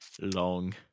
Long